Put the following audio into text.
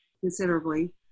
considerably